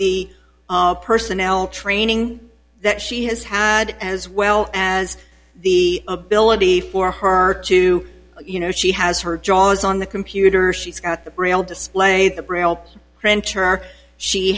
the personnel training that she has had as well as the ability for her to you know she has her draws on the computer she's got the braille display the braille printer she